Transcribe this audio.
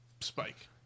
Spike